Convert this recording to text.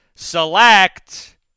Select